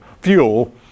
fuel